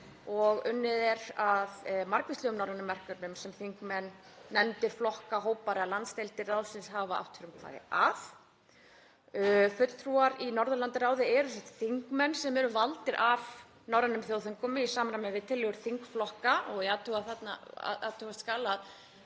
og unnið er að margvíslegum norrænum verkefnum sem þingmenn, nefndir, flokkahópar eða landsdeildir ráðsins hafa átt frumkvæði að. Fulltrúar í Norðurlandaráði eru þeir þingmenn sem eru valdir af norrænu þjóðþingunum í samræmi við tillögur þingflokka og það skal